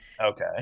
Okay